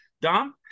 Dom